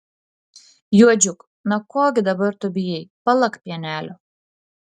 juodžiuk na ko gi dabar tu bijai palak pienelio